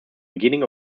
beginning